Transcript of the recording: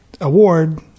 award